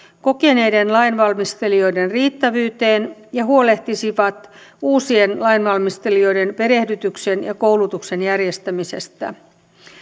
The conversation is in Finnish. kokeneiden lainvalmistelijoiden riittävyyteen ja huolehtisivat uusien lainvalmistelijoiden perehdytyksen ja koulutuksen järjestämisestä